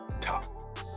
top